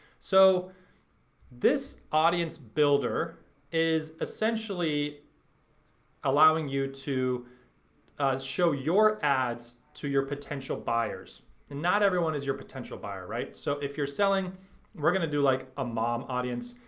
so this audience builder is essentially allowing you to show your ads to your potential buyers. and not everyone is your potential buyer, right? so if you're selling we're gonna do like a mom audience.